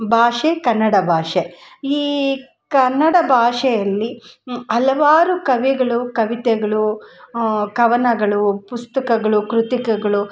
ಭಾಷೆ ಕನ್ನಡ ಭಾಷೆ ಈ ಕನ್ನಡ ಭಾಷೆಯಲ್ಲಿ ಹಲವಾರು ಕವಿಗಳು ಕವಿತೆಗಳು ಕವನಗಳು ಪುಸ್ತಕಗಳು ಕೃತಿಕಗಳು